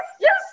yes